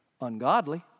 ungodly